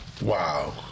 Wow